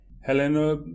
helena